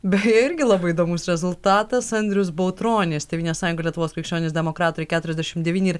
beje irgi labai įdomus rezultatas andrius bautronis tėvynės sąjunga lietuvos krikščionys demokratai keturiasdešimt devyni ir